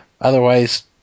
Otherwise